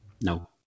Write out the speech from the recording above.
no